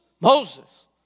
Moses